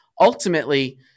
ultimately